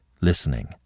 listening